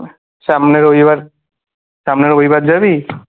সামনের রবিবার সামনের রবিবার যাবি